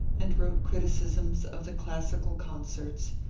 and wrote criticisms of the classical concerts,